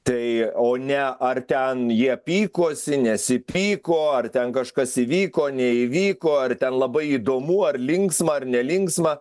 tai o ne ar ten jie pykosi nesipyko ar ten kažkas įvyko neįvyko ar ten labai įdomu ar linksma ar nelinksma